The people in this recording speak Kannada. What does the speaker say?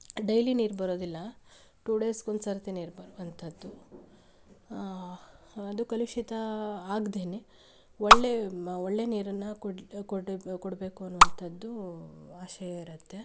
ಡೈಲಿ ನೀರು ಬರೋದಿಲ್ಲ ಟು ಡೇಸ್ಗೆ ಒಂದ್ಸರ್ತಿ ನೀರು ಬರುವಂಥದ್ದು ಅದು ಕಲುಷಿತ ಆಗ್ದೆನೆ ಒಳ್ಳೆ ಮಾ ಒಳ್ಳೆ ನೀರನ್ನು ಕೊಡಿ ಕೊಡೆ ಕೊಡಬೇಕು ಅನ್ನುವಂಥದ್ದು ಆಸೆ ಇರುತ್ತೆ